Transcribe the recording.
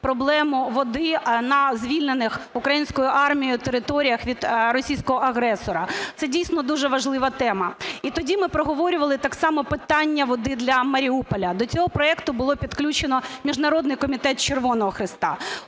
проблему води на звільнених українською армією територіях від російського агресора, це дійсно дуже важлива тема. І тоді ми проговорювали так само питання води для Маріуполя, до цього проекту було підключено Міжнародний комітет Червоного Хреста.